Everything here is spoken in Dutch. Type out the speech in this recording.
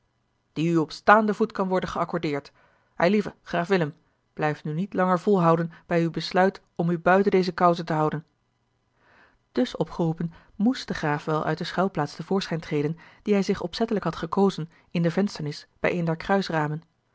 die u op staanden voet kan worden geaccordeerd eilieve graaf willem blijf nu niet langer volhouden bij uw besluit om u buiten deze cause te houden dus opgeroepen moest de graaf wel uit de schuilplaats te voorschijn treden die hij zich opzettelijk had gekozen in de vensternis bij een